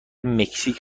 مکزیک